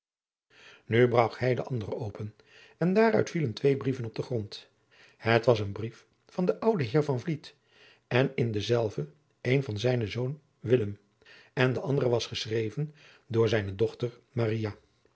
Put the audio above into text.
brak hij den anderen open en daaruit vielen twee brieven op den grond het was een brief van den ouden heer van vliet en in denzelven een van zijnen zoon willem en de andere was geschreven door zijne dochter